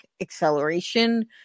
acceleration